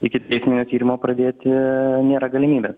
ikiteisminio tyrimo pradėti nėra galimybės